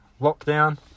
lockdown